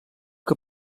que